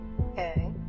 Okay